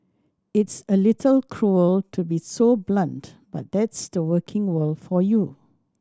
it's a little cruel to be so blunt but that's the working world for you